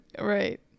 right